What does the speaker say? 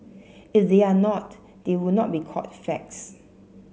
if they are not they would not be called facts